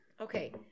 Okay